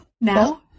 Now